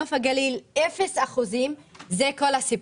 בנוף הגליל 0%. זה מספר את כל הסיפור.